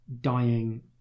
dying